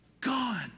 Gone